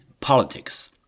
politics